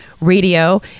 radio